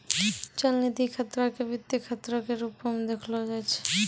चलनिधि खतरा के वित्तीय खतरो के रुपो मे देखलो जाय छै